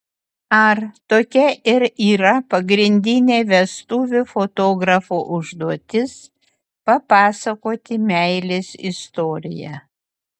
ar tokia ir yra pagrindinė vestuvių fotografo užduotis papasakoti meilės istoriją